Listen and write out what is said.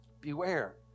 Beware